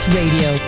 radio